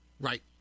Right